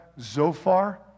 Zophar